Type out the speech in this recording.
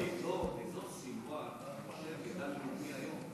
אזור סלוואן הוא גן לאומי היום.